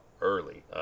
early